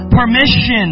permission